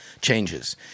changes